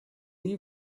you